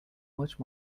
much